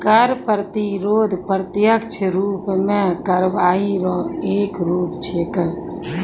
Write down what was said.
कर प्रतिरोध प्रत्यक्ष रूप सं कार्रवाई रो एक रूप छिकै